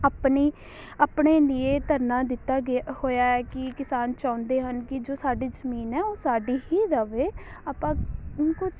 ਆਪਣੀ ਆਪਣੇ ਲੀਏ ਧਰਨਾ ਦਿੱਤਾ ਗਿਆ ਹੋਇਆ ਹੈ ਕਿ ਕਿਸਾਨ ਚਾਹੁੰਦੇ ਹਨ ਕਿ ਜੋ ਸਾਡੀ ਜ਼ਮੀਨ ਹੈ ਉਹ ਸਾਡੀ ਹੀ ਰਹੇ ਆਪਾਂ ਹੁਣ ਕੁੱਛ